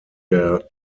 der